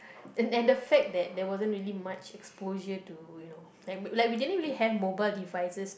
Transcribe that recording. and then the fact that there wasn't really much exposure to you know like we like we didn't really have mobile devices to